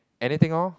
anything loh